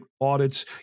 audits